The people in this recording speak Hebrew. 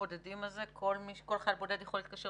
כל חייל בודד יכול להתקשר